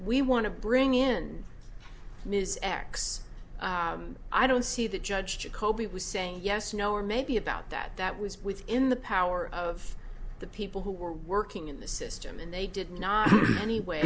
we want to bring in ms x i don't see that judge jacoby was saying yes no or maybe about that that was within the power of the people who were working in the system and they did not anyway